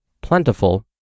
plentiful